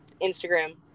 instagram